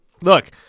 look